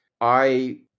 I-